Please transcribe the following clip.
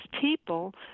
people